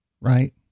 right